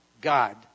God